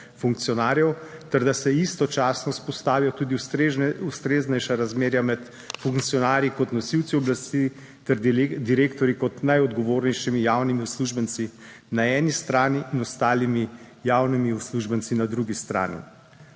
funkcionarjev ter da se istočasno vzpostavijo tudi ustreznejša razmerja med funkcionarji kot nosilci oblasti ter direktorji kot najodgovornejšimi javnimi uslužbenci na eni strani in ostalimi javnimi uslužbenci na drugi strani.